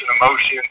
emotion